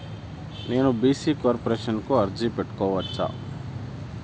నేను BC corporation కు అర్జీ పెట్టుకోవచ్చా?